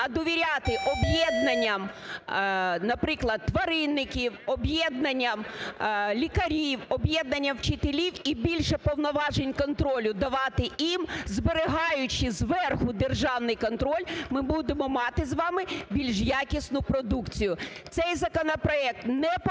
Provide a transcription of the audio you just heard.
а довіряти об'єднанням, наприклад, тваринників, об'єднанням лікарів, об'єднанням вчителів і більше повноважень, контролю давати їм, зберігаючи зверху державний контроль, ми будемо мати з вами більш якісну продукцію. Цей законопроект не порушує